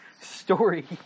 story